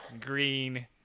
green